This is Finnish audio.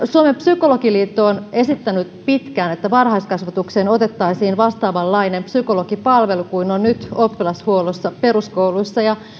suomen psykologiliitto on esittänyt pitkään että varhaiskasvatukseen otettaisiin vastaavanlainen psykologipalvelu kuin on nyt oppilashuollossa peruskouluissa ja